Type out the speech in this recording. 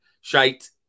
shite